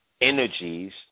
energies